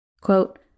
Quote